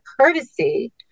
courtesy